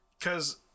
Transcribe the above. cause